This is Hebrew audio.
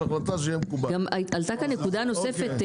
עלתה כאן נקודה נוספת,